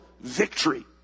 victory